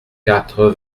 quatre